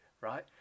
right